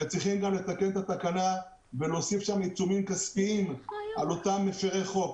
שצריכים לתקן את התקנה ולהוסיף עיצומים כספיים על אותם מפרי חוק